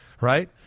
right